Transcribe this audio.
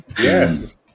Yes